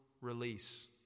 release